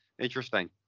interesting